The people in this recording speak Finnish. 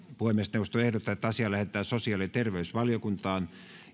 puhemiesneuvosto ehdottaa että asia lähetetään sosiaali ja terveysvaliokuntaan